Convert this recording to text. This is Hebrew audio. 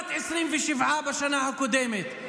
לעומת 27 בשנה הקודמת.